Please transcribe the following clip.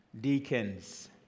deacons